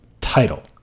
title